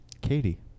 Katie